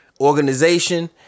organization